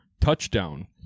touchdown